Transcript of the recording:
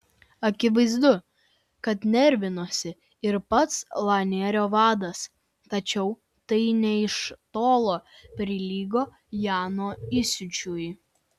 akivaizdu kad nervinosi ir pats lainerio vadas tačiau tai nė iš tolo neprilygo jano įsiūčiui